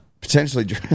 Potentially